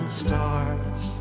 stars